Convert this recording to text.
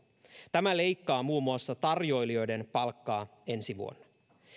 tämä leikkaa muun muassa tarjoilijoiden palkkaa ensi vuonna